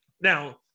Now